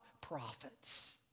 Prophets